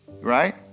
Right